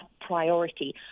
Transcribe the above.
priority